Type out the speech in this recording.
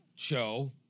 show